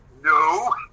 no